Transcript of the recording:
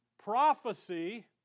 Prophecy